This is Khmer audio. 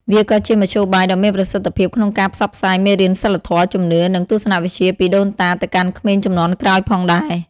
វាក៏ជាមធ្យោបាយដ៏មានប្រសិទ្ធភាពក្នុងការផ្សព្វផ្សាយមេរៀនសីលធម៌ ជំនឿ និងទស្សនវិជ្ជាពីដូនតាទៅកាន់ក្មេងជំនាន់ក្រោយផងដែរ ។